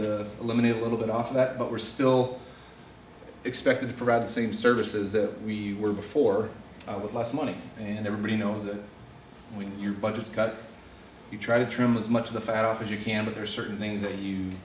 to eliminate a little bit off that but we're still expected to provide the same services that we were before with less money and everybody knows that when your budgets cut you try to trim as much of the fat off as you can but there are certain things that you